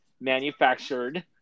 manufactured